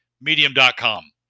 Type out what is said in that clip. medium.com